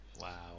Wow